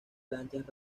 lanchas